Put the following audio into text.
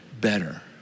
better